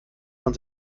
man